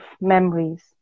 memories